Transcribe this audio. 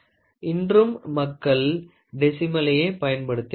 இன்றும் மக்கள் டெசிமலையே பயன்படுத்துகின்றனர்